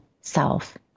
self